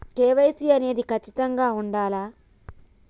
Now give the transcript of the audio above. KYC అనేది ఖచ్చితంగా ఉండాలా?